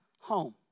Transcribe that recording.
home